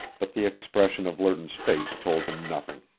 but the expression of lerton's face told him nothing.